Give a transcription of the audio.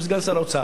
גם סגן שר האוצר,